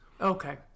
Okay